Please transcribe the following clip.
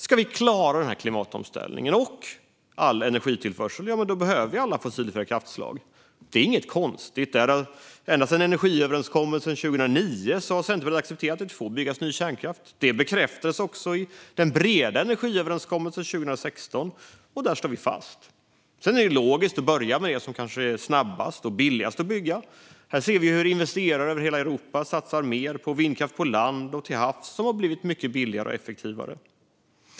Om vi ska klara klimatomställningen och energiförsörjningen behövs alla fossilfria kraftslag. Det är inget konstigt. Ända sedan energiöverenskommelsen 2009 har Centerpartiet accepterat att det får byggas ny kärnkraft. Det bekräftades också i den breda energiöverenskommelsen 2016, och där står vi fast. Det är dock logiskt att börja med det som går snabbast och är billigast att bygga, och vi ser hur investerare i hela Europa satsar mer på vindkraft på land och till havs, som har blivit mycket billigare och effektivare.